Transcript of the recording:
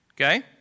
Okay